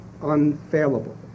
unfailable